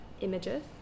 images